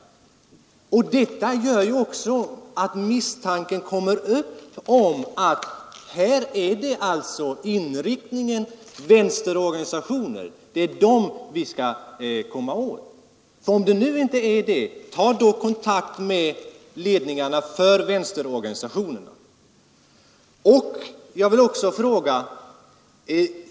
Detta gör också att misstankarna riktas mot vänsterorganisationerna och att det är dem man skall försöka komma åt. Men om det nu inte är på det sättet, sök då kontakt med ledningen för vänsterorganisationerna.